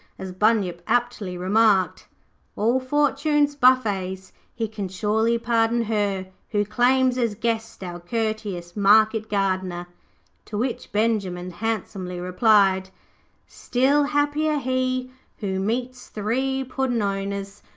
as bunyip aptly remarked all fortune's buffets he can surely pardon her, who claims as guest our courteous market gardener to which benjimen handsomely replied still happier he, who meets three puddin'-owners,